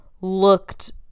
looked